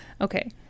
Okay